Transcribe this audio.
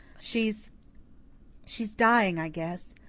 she's she's dying, i guess.